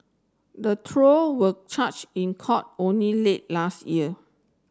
the trio were charged in court only late last year